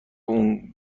اون